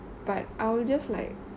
but I will just like